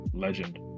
legend